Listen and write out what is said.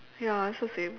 ya it's the same